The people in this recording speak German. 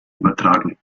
übertragen